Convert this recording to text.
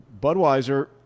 Budweiser